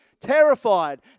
terrified